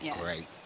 Great